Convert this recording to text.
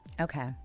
Okay